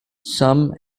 some